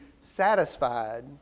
satisfied